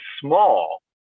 small